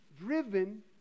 driven